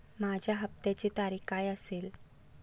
माझ्या हप्त्याची तारीख काय असेल?